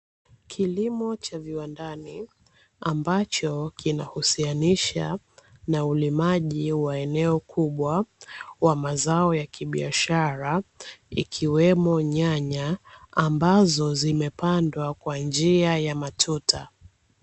Kilimo cha viwandani, ambacho kinahusianisha na ulimaji wa eneo kubwa wa mazao ya kibiashara ikiwemo nyanya ambazo zimepandwa kwa njia ya matuta.